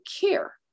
care